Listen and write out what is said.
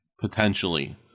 potentially